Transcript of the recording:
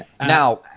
now